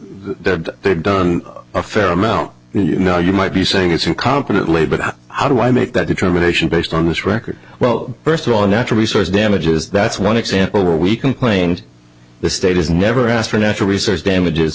they've done a fair amount you know you might be saying it's incompetently but how do i make that determination based on this record well first of all natural resource damages that's one example where we complained the state has never asked for natural research damages